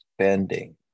spending